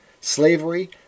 slavery